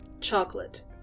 Chocolate